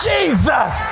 Jesus